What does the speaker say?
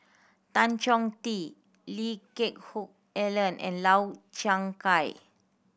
Tan Chong Tee Lee Geck Hoon Ellen and Lau Chiap Khai